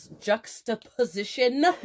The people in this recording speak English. juxtaposition